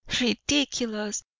ridiculous